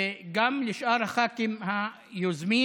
וגם לשאר הח"כים היוזמים.